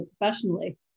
professionally